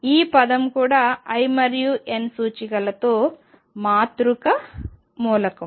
ఈ పదం కూడా l మరియు n సూచికలతో మాతృక మూలకం